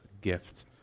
gift